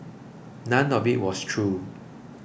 none of it was true